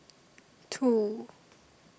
two